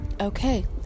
Okay